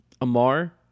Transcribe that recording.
Amar